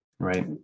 Right